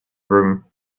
room